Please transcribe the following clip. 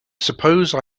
suppose